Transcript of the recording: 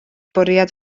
bwriad